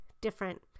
different